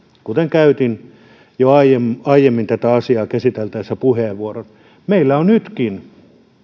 kuten käytin jo aiemmin aiemmin tätä asiaa käsiteltäessä puheenvuoron että meillä on nytkin